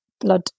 blood